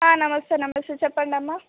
ఆ నమస్తే నమస్తే చెప్పండమ్మ